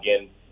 Again